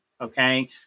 okay